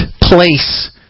place